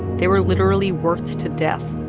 they were literally worked to death.